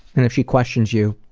and if she questions you,